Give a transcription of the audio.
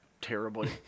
terribly